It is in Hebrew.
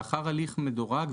לאחר הליך מדורג,